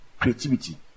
creativity